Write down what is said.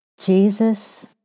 Jesus